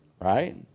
Right